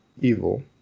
evil